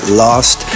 lost